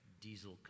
diesel